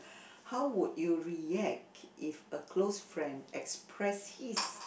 how would you react if a close friend expressed his